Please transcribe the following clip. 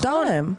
מותר להם.